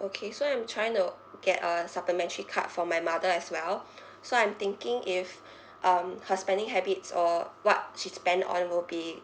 okay so I'm trying to get a supplementary card for my mother as well so I'm thinking if um her spending habits or what she spend on will be